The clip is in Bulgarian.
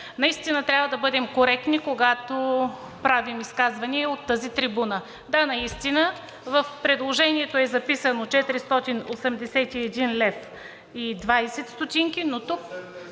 наистина трябва да бъдем коректни, когато правим изказвания от тази трибуна. Да, наистина в предложението е записано 481,80 лв., но става